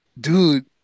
Dude